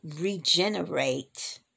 regenerate